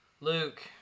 Luke